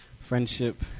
Friendship